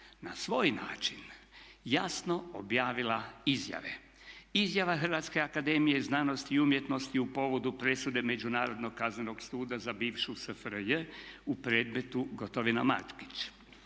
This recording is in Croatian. na svoj način jasno objavila izjave. Izjava Hrvatske akademije znanosti i umjetnosti u povodu presude Međunarodnog kaznenog suda za bivšu SFRJ u predmetu Gotovina, Markač.